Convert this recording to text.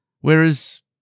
Whereas